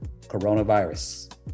coronavirus